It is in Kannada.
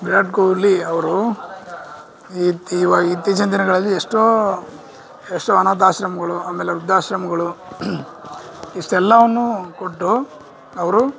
ವಿರಾಟ್ ಕೊಹ್ಲಿ ಅವರು ಈ ತೀವ ಇತ್ತೀಚಿನ ದಿನಗಳಲ್ಲಿ ಎಷ್ಟೋ ಎಷ್ಟೋ ಅನಾಥಾಶ್ರಮಗಳು ಆಮೇಲೆ ವೃದ್ಧಾಶ್ರಮಗಳು ಇಷ್ಟೆಲ್ಲಾವನ್ನು ಕೊಟ್ಟು ಅವರು